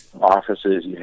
offices